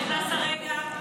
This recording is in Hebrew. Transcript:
שנמצא כרגע,